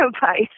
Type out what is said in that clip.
Bye